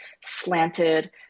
slanted